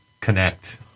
connect